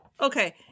Okay